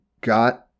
got